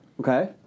Okay